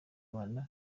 rwanda